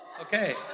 okay